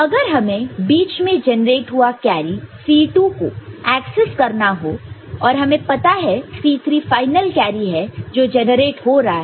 अगर हमें बीच में जनरेट हुआ कैरी C2 को ऐक्सेस करना हो और हमें पता है C3 फाइनल कैरी है जो जनरेट हो रहा हैं